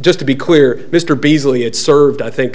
just to be clear mr beasley it's served i